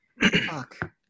Fuck